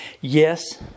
Yes